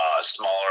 Smaller